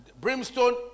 Brimstone